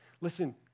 Listen